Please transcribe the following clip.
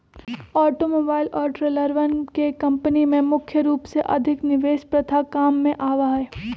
automobile और ट्रेलरवन के कम्पनी में मुख्य रूप से अधिक निवेश प्रथा काम में आवा हई